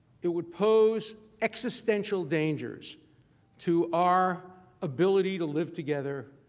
it would pose existential dangers to our ability to live together,